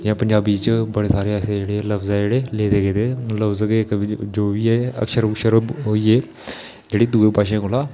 जि'यां पंजाबी च बड़े सारे लफ्ज ऐ जेह्ड़े लेदे गेदे लफ्ज के जो बी है अक्षर उक्षर होई गे जेह्ड़े दुइयें भाशें कोला